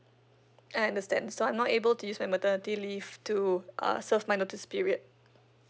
I understand so I'm not able to use my maternity leave to uh serve my notice period